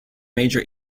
major